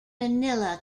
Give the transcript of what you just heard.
manila